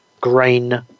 grain